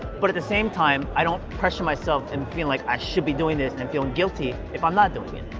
but at the same time, i don't pressure myself and feel like i should be doing this and feeling guilty if i'm not doing it.